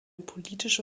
politische